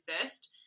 first